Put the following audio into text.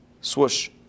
Swoosh